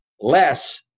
less